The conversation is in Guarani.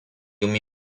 umi